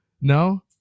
No